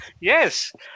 Yes